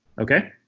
okay